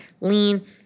lean